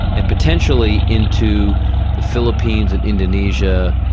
and potentially into the philippines and indonesia,